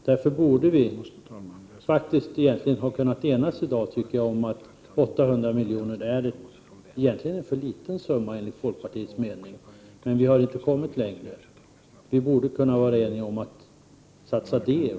Därför borde vi egentligen i dag ha kunnat enas om att i varje fall satsa 800 miljoner, som enligt folkpartiets mening ändå är en för liten summa. Men vi kanske kan lösa frågan i sämja i dag.